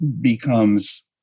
becomes